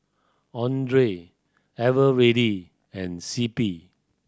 Andre Eveready and C P